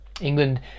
England